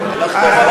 לחתום עליו יחד אתך.